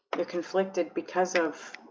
they're conflicted because of